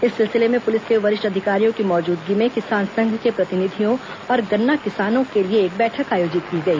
इस सिलसिले में पुलिस के वरिष्ठ अधिकारियों की मौजूदगी में किसान संघ के प्रतिनिधियों और गन्ना किसानों के लिए एक बैठक आयोजित की गई